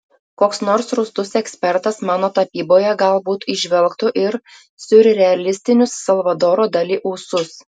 koks nors rūstus ekspertas mano tapyboje galbūt įžvelgtų ir siurrealistinius salvadoro dali ūsus